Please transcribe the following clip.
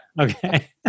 Okay